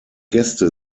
gäste